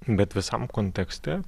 bet visam kontekste